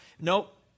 nope